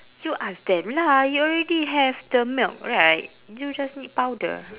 you ask them lah you already have the milk right you just need powder